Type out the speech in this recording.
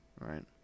right